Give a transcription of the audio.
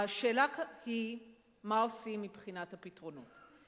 השאלה היא מה עושים מבחינת הפתרונות.